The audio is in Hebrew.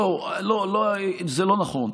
בואו, לא, זה לא נכון.